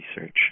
research